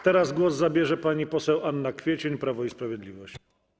Teraz głos zabierze pani poseł Anna Kwiecień, Prawo i Sprawiedliwość.